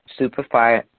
Superfire